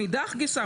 "מאידך גיסא,